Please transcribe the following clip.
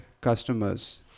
customers